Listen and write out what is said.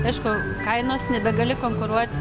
miško kainos nebegali konkuruot